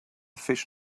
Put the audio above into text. fish